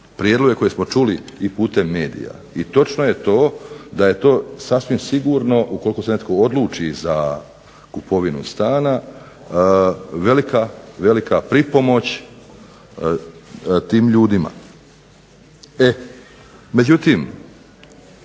prijedloge koje smo čuli i putem medija. I točno je to da je to sasvim sigurno ukoliko se netko odluči za kupovinu stana velika pripomoć tim ljudima. E međutim,